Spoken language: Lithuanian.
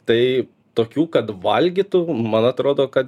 tai tokių kad valgytų man atrodo kad